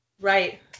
Right